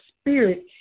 Spirit